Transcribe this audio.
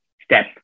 step